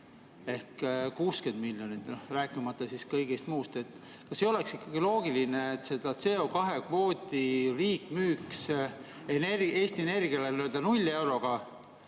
60 miljonit, rääkimata kõigest muust. Kas ei oleks ikkagi loogiline, et seda CO2-kvooti riik müüks Eesti Energiale nii-öelda null euroga,